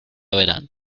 verán